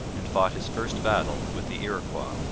and fought his first battle with the iroquois.